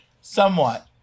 Somewhat